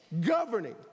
governing